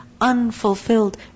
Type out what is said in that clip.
unfulfilled